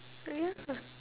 !aiya!